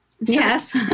Yes